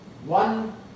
One